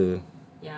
got ulcer